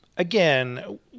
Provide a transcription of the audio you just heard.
Again